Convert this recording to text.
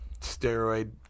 steroid